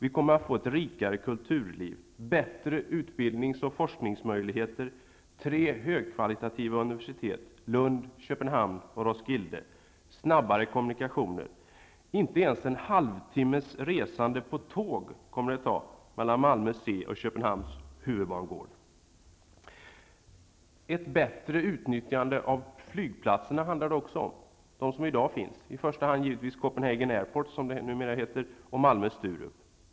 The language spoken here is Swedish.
Vi kommer att få ett rikare kulturliv, bättre utbildnings och forskningsmöjligheter och tre högkvalitativa universitet -- Lund, Köpenhamn och Roskilde. Det blir snabbare kommunikationer. Det kommer inte ens att ta en halvtimme att resa med tåg mellan Det handlar också om ett bättre utnyttjande av de flygplatser som i dag finns -- i första hand givetvis Malmö-Sturup.